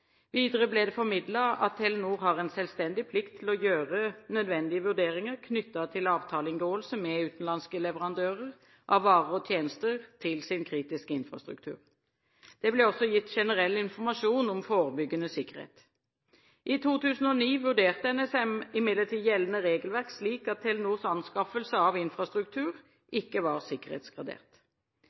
Videre ble det formidlet at Telenor har en selvstendig plikt til å gjøre nødvendige vurderinger knyttet til avtaleinngåelse med utenlandske leverandører av varer og tjenester til sin kritiske infrastruktur. Det ble også gitt generell informasjon om forebyggende sikkerhet. I 2009 vurderte NSM imidlertid gjeldende regelverk slik at Telenors anskaffelse av infrastruktur ikke var sikkerhetsgradert.